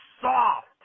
soft